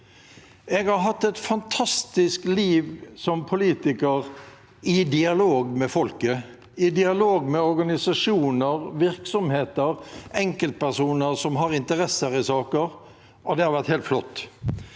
Jeg har hatt et fantastisk liv som politiker i dialog med folket, i dialog med organisasjoner, virksomheter, enkeltpersoner som har interesser i saker, og det har